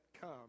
come